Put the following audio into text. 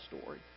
story